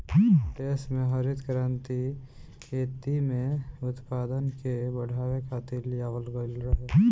देस में हरित क्रांति खेती में उत्पादन के बढ़ावे खातिर लियावल गईल रहे